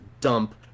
dump